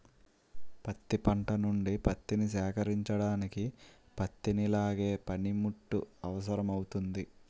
పత్తి పంట నుండి పత్తిని సేకరించడానికి పత్తిని లాగే పనిముట్టు అవసరమౌతుంది